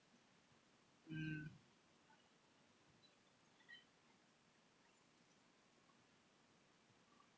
mm